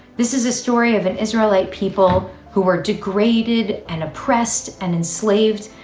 this is a story of an israelite people who were degraded and oppressed and enslaved,